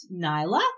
Nyla